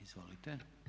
Izvolite.